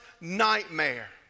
nightmare